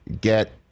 get